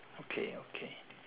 okay okay